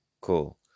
cool